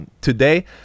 today